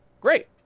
great